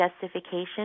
justification